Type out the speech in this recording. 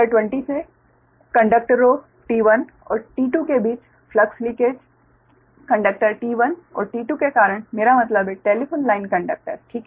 आकृति 20 से कंडक्टरों T1 और T2 के बीच फ्लक्स लिंकेज कंडक्टर T1 और T2 के कारण मेरा मतलब है टेलिफोन लाइन कंडक्टर ठीक है